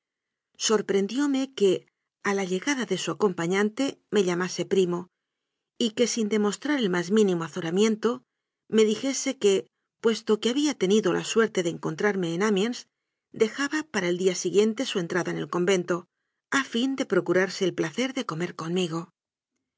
mío sorprendióme que a la llega da de su acompañante me llamase primo y que sin demostrar el más mínimo azoramiento me di jese que puesto que había tenido la suerte de en contrarme en amiens dejaba para el día siguien te su entrada en el convento a fin de procurarse el placer de comer conmigo